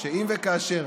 שאם וכאשר